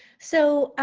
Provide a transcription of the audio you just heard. so,